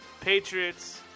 Patriots